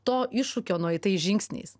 to iššūkio nueitais žingsniais